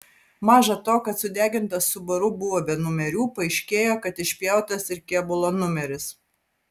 maža to kad sudegintas subaru buvo be numerių paaiškėjo kad išpjautas ir kėbulo numeris